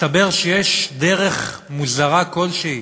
מסתבר שיש דרך מוזרה כלשהי